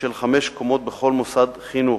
של חמש קומות בכל מוסד חינוך,